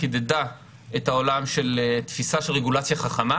חידדה את העולם של תפיסה של רגולציה חכמה.